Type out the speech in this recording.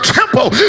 temple